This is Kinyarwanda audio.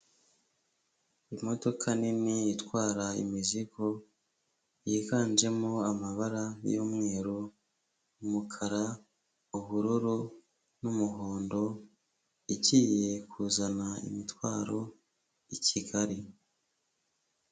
Imodoka nini itwara imizigo yiganjemo amabara y'umweru ,umukara ,ubururu n'umuhondo ijyiye kuzana imitwaro i Kigali.